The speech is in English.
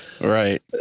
Right